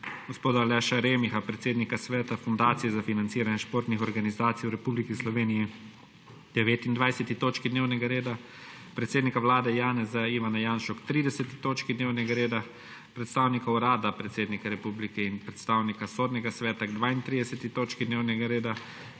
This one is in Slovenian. gospoda Aleša Remiha, predsednika Sveta fundacije za financiranje športnih organizacij v Republiki Sloveniji k 29. točki dnevnega reda, predsednika Vlade Janeza (Ivana) Janšo k 30. točki dnevnega reda, predstavnika Urada predsednika Republike Slovenije in predstavnika Sodnega sveta k 32. točki dnevnega reda